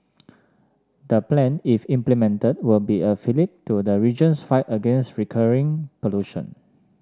the plan if implemented will be a fillip to the region's fight against recurring pollution